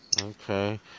Okay